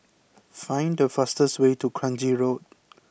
find the fastest way to Kranji Road